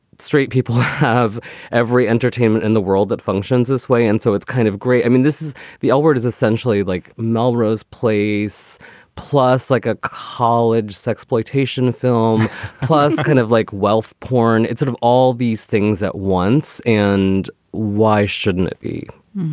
straight people have every entertainment in the world that functions this way. and so it's kind of great. i mean, this is the l-word is essentially like melrose place plus like a college sexploitation film plus kind of like wealth porn. it's sort of all these things at once. and why shouldn't it be?